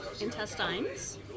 intestines